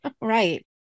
Right